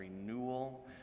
renewal